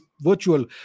virtual